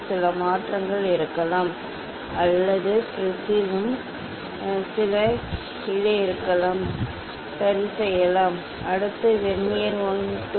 சில மாற்றங்கள் இருக்கலாம் அல்லது ப்ரிஸிலும் சில கீழே இருக்கலாம் சரி இருக்கலாம் அதனால்தான் இந்த ஆப்டிகல் லெவலிங் தேவைப்படுகிறது